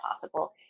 possible